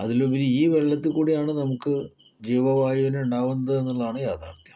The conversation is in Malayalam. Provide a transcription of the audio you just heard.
അതിലുപരി ഈ വെള്ളത്തിൽ കൂടെയാണ് നമുക്ക് ജീവവായു തന്നെ ഉണ്ടാകുന്നത് എന്നുള്ളതാണ് യാഥാർത്ഥ്യം